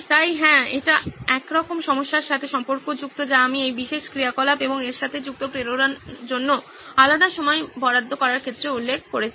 তাই হ্যাঁ এটি একরকম সমস্যাটির সাথে সম্পর্কযুক্ত যা আমি এই বিশেষ ক্রিয়াকলাপ এবং এর সাথে যুক্ত প্রেরণার জন্য আলাদা সময় বরাদ্দ করার ক্ষেত্রে উল্লেখ করেছি